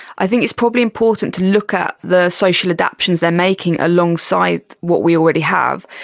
i think it's probably important to look at the social adaptions they are making alongside what we already have.